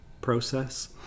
process